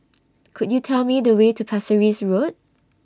Could YOU Tell Me The Way to Pasir Ris Road